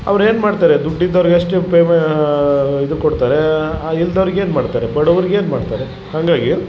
ಅವ್ರು ಏನ್ಮಾಡ್ತಾರೆ ದುಡ್ಡು ಇದ್ದೋರಿಗಷ್ಟೇ ಪೇ ಮಾ ಇದು ಕೊಡ್ತಾರೆ ಇಲ್ದೋರಿಗೆ ಏನ್ಮಾಡ್ತಾರೆ ಬಡವರಿಗೆ ಏನ್ಮಾಡ್ತಾರೆ ಹಂಗಾಗಿ